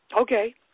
Okay